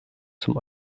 zum